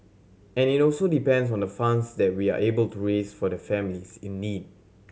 and it also depends on the funds that we are able to raise for the families in need